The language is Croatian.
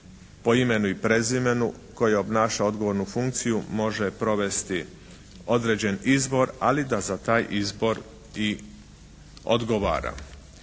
po imenu i prezimenu koji obnaša odgovornu funkciju može provesti određen izbor, ali da za taj izbor i odgovara.